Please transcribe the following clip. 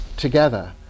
together